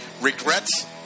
regrets